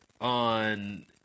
on